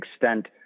extent